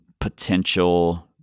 potential